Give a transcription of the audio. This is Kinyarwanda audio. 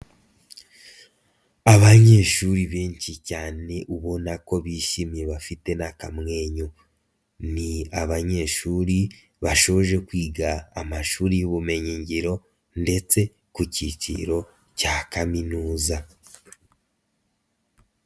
Abanyeshuri benshi cyane ubona ko bishimye bafite n'akamwenyu, ni abanyeshuri bashoje kwiga amashuri y'ubumenyingiro ndetse ku cyiciro cya kaminuza.